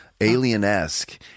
alien-esque